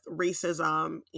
racism